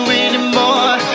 anymore